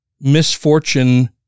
misfortune